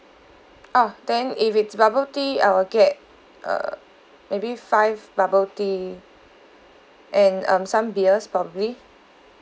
oh then if it's bubble tea l will get uh maybe five bubble tea and um some beers probably